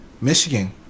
Michigan